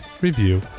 review